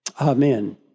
Amen